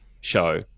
show